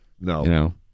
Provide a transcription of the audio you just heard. No